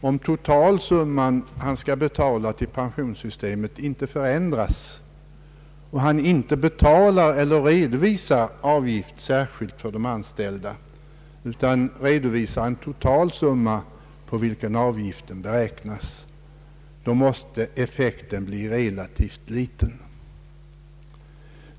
Om den totalsumma han skall betala in till pensionssystemet inte förändras — han redovisar inte någon avgift särskilt för de anställda utan redovisar en totalsumma, på vilken avgiften beräknas — måste effekten bli relativt liten.